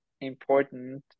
important